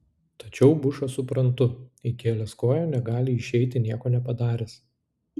tačiau bušą suprantu įkėlęs koją negali išeiti nieko nepadaręs